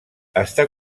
està